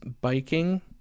biking